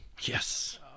Yes